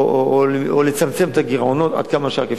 או לצמצם את הגירעונות עד כמה שרק אפשר,